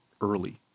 early